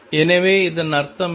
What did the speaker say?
எனவே இதன் அர்த்தம் என்ன